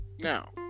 Now